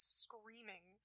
screaming